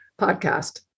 podcast